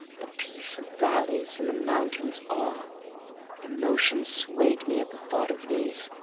the peace of valleys and the mountain's awe emotion swayed me at the thought of these.